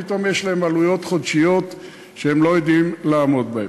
פתאום יש להם עלויות חודשיות שהם לא יודעים איך לעמוד בהן.